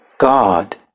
God